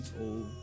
old